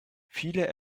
viele